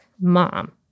mom